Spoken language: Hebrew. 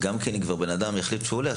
שאם אדם יחליט שהוא הולך על זה,